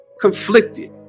conflicted